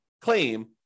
claim